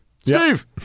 Steve